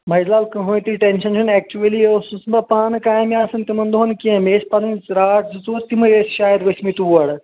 مجہِ لال کٕہنۍ تہِ ٹٮ۪نشن چھُنہِ ایکچوؤلی ٲسُس نہٕ بہٕ پانہٕ کامہِ آسان تِمن دۄہن کینہہ مےٚ ٲسۍ پَنٕنۍ ژراٹ زٕ ژور تِمٕے ٲسۍ شاید ؤتھۍ مٕتۍ تور